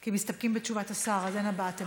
כי מסתפקים בתשובת השר, אז אין הבעת עמדה.